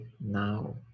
now